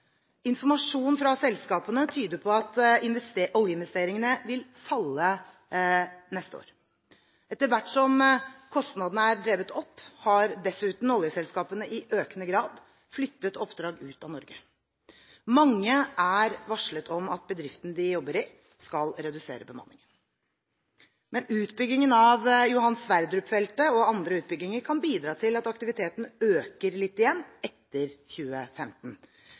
Informasjon fra selskapene tyder på at oljeinvesteringene vil falle neste år. Etter hvert som kostnadene er drevet opp, har dessuten oljeselskapene i økende grad flyttet oppdrag ut av Norge. Mange er blitt varslet om at bedriften de jobber i, skal redusere bemanningen. Men utbyggingen av Johan Sverdrup-feltet og andre utbygginger kan bidra til at aktiviteten øker litt igjen etter 2015.